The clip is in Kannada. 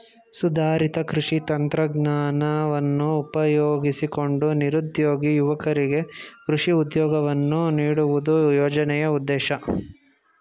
ಸುಧಾರಿತ ಕೃಷಿ ತಂತ್ರಜ್ಞಾನವನ್ನು ಉಪಯೋಗಿಸಿಕೊಂಡು ನಿರುದ್ಯೋಗಿ ಯುವಕರಿಗೆ ಕೃಷಿ ಉದ್ಯೋಗವನ್ನು ನೀಡುವುದು ಯೋಜನೆಯ ಉದ್ದೇಶ